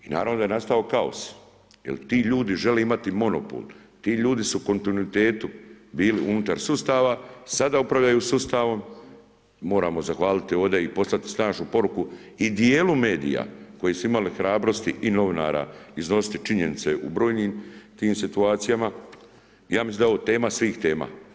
I naravno da je nastao kaos jer ti ljudi žele imati monopol, ti ljudi su u kontinuitetu bili unutar sustava, sada upravljaju sustavom, moramo zahvaliti ovdje i poslati snažnu poruku i djelu medija koji su imali hrabrosti i novinara iznositi činjenice u brojnim tim situacijama, ja mislim da je ovo tema svih tema.